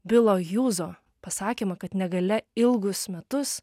bilo hjūzo pasakymą kad negalia ilgus metus